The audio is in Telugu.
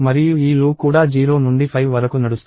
మరియు ఈ లూప్ కూడా 0 నుండి 5 వరకు నడుస్తుంది